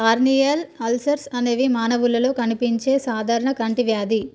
corneal ulcers అనేవి మానవులలో కనిపించే సాధారణ కంటి వ్యాధి